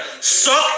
Suck